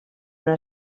una